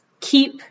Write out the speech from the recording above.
keep